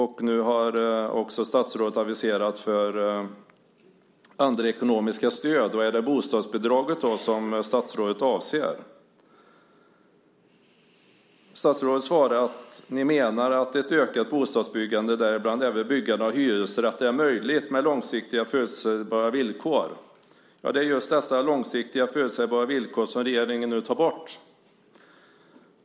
Nu har statsrådet också aviserat andra ekonomiska stöd. Är det bostadsbidraget som statsrådet avser? Statsrådet svarar att ni menar att ett ökat bostadsbyggande, däribland även byggande av hyresrätter, är möjligt med långsiktigt förutsägbara villkor. Det är ju just dessa långsiktigt förutsägbara villkor som regeringen nu tar bort.